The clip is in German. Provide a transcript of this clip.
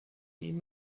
ihm